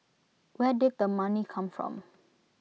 where did the money come from